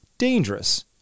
dangerous